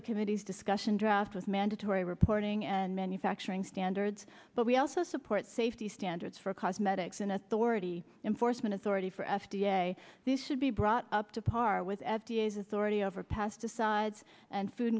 the committee's discussion draft with mandatory reporting and manufacturing standards but we also support safety standards for cosmetics and authority enforcement authority for f d a this should be brought up to par with f d a has authority over past decides and food